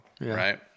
right